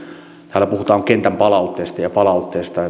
täällä puhutaan kentän palautteesta ja palautteesta